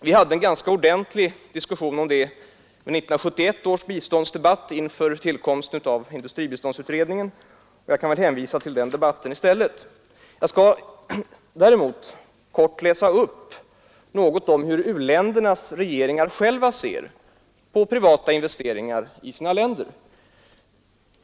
Vi hade en ganska omfattande diskussion om det i samband med 1971 års biståndsdebatt inför tillkomsten av industribiståndsutredningen. Jag vill alltså hänvisa till den debatten. Jag skall däremot läsa upp något om hur u-ländernas regeringar själva ser på privata investeringar i sina länder.